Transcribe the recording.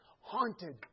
Haunted